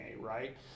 right